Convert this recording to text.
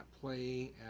play